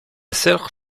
sœur